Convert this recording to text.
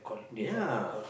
ya